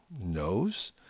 knows